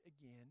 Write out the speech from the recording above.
again